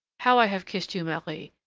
how i have kissed you, marie!